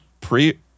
pre